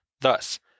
Thus